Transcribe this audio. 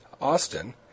austin